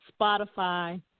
Spotify